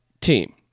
team